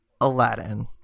Aladdin